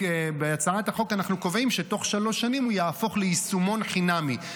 בהצעת החוק אנחנו קובעים שבתוך שלוש שנים הוא יהפוך ליישומון חינמי,